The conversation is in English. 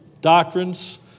doctrines